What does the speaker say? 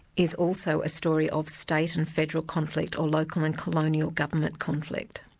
is also a story of state and federal conflict or local and colonial government conflict.